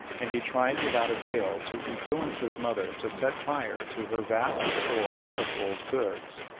and he tried without avail to influence his mother to set fire to her vast stores of old goods.